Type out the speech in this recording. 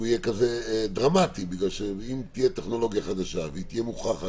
אם הוא יהיה כזה דרמטי בגלל שאם תהיה טכנולוגיה חדשה והיא תהיה מוכחת,